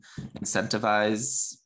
incentivize